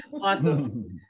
Awesome